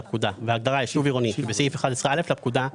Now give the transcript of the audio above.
לפקודה וההגדרה "יישוב עירוני" שבסעיף 11(א) לפקודה,